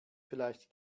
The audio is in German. vielleicht